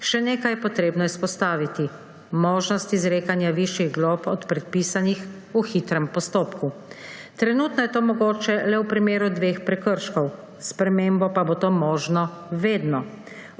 Še nekaj je potrebno izpostaviti – možnost izrekanja višjih glob od predpisanih v hitrem postopku. Trenutno je to mogoče le v primeru dveh prekrškov, s spremembo pa bo to možno vedno.